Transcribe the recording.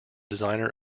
designer